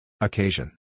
Occasion